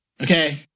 Okay